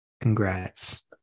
congrats